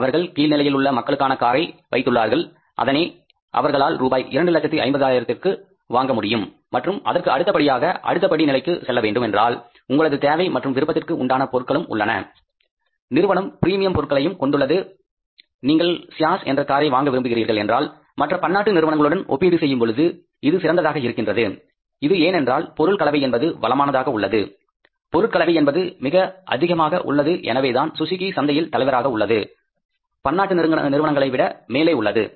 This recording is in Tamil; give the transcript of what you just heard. அவர்கள் கீழ்நிலையில் உள்ள மக்களுக்கான காரை வைத்துள்ளார்கள் அதனை அவர்களால் ரூபாய் 2 லட்சத்து 50 ஆயிரத்திற்கு விற்பனை செய்ய முடியும் எடுத்துக்காட்டாக அல்டோ கார் இதை நீங்கள் வாங்க முடியும் மற்றும் அதற்கு அடுத்தபடியாக அடுத்த படி நிலைக்கு செல்ல வேண்டும் என்றால் உங்களது தேவை மற்றும் விருப்பத்திற்கு உண்டான பொருட்களும் உள்ளன நிறுவனம் பிரீமியம் பொருட்களையும் கொண்டுள்ளது நீங்கள் சியாஸ் என்ற காரை வாங்க விரும்புகின்றீர்கள் என்றால் மற்ற பன்னாட்டு நிறுவனங்களுடன் ஒப்பிடும் பொழுது இது சிறந்ததாக இருக்கின்றது இது ஏனென்றால் பொருள் கலவை என்பது வளமானதாக உள்ளது பொருட்கலவை என்பது மிக அதிகமாக உள்ளது எனவேதான் சுசுகி சந்தையில் தலைவராக உள்ளது பன்னாட்டு நிறுவனங்களைவிட மேலே உள்ளது